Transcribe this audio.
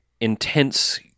intense